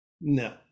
no